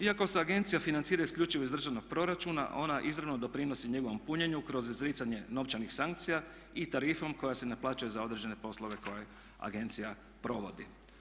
Iako se agencija financira isključivo iz državnog proračuna ona izravno doprinosi njegovom punjenju kroz izricanje novčanih sankcija i tarifom koja se naplaćuje za određene poslove koje agencija provodi.